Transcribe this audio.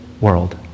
world